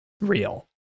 real